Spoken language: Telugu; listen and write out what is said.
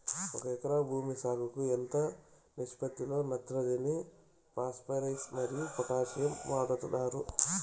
ఒక ఎకరా భూమి సాగుకు ఎంత నిష్పత్తి లో నత్రజని ఫాస్పరస్ మరియు పొటాషియం వాడుతారు